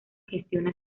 gestiona